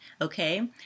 okay